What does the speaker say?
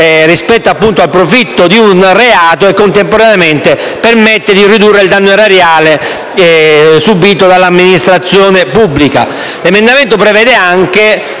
rispetto al profitto di un reato e, contemporaneamente, permette di ridurre il danno erariale subito dell'amministrazione pubblica.